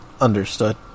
understood